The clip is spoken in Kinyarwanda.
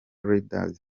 leaders